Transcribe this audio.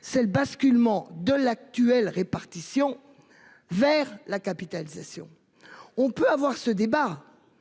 c'est le basculement de l'actuelle répartition vers la capitalisation. On peut avoir ce débat.